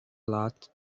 lot